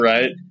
Right